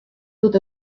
dut